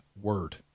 word